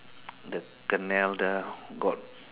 the canal the got